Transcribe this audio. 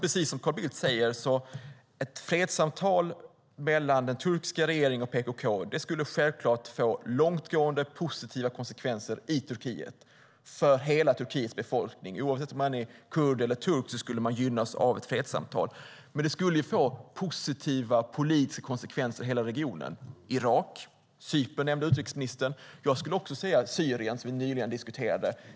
Precis som Carl Bildt säger skulle ett fredssamtal mellan den turkiska regeringen och PKK självklart få långtgående positiva konsekvenser i Turkiet, för hela Turkiets befolkning. Oavsett om man är kurd eller turk skulle man gynnas av ett fredssamtal. Men det skulle få positiva politiska konsekvenser i hela regionen. Det handlar om Irak. Utrikesministern nämnde Cypern. Jag skulle också vilja säga Syrien, som vi nyligen diskuterade.